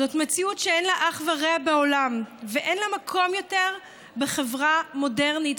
זאת מציאות שאין לה אח ורע בעולם ואין לה מקום יותר בחברה מודרנית.